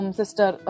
sister